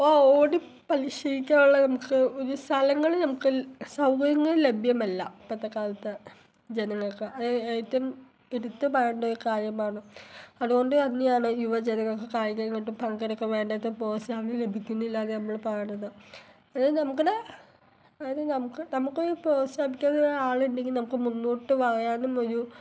ഓ ഓടി പരിശീലിക്കാനുള്ള നമുക്ക് ഒരു സ്ഥലങ്ങൾ നമുക്ക് സൗകര്യങ്ങൾ ലഭ്യമല്ല ഇപ്പോഴത്തെ കാലത്ത് ജനങ്ങൾക്ക് അത് ഏറ്റവും എടുത്തുപറയേണ്ട ഒരു കാര്യമാണ് അതുകൊണ്ടുതന്നെയാണ് അതിന് യുവജനങ്ങൾക്ക് കായിക ഇനങ്ങൾക്ക് പങ്കെടുക്കാൻ വേണ്ടത്ര പ്രോത്സാഹനം ലഭിക്കുന്നില്ല എന്ന് നമ്മൾ പറയുന്നത് ഒരു നമ്മുടെ അത് നമുക്ക് നമുക്ക് പ്രോത്സാഹിപ്പിക്കാൻ ആളുണ്ടെങ്കിൽ നമുക്ക് മുന്നോട്ട് പായാനും ഒരു